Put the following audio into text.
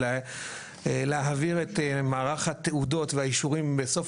להעביר את מערך התעודות והאישורים בסוף